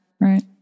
Right